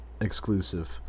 exclusive